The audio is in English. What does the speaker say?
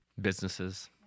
Businesses